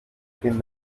fin